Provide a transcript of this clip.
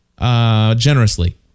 generously